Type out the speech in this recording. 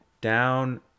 down